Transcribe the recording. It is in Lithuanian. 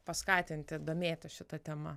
paskatinti domėtis šita tema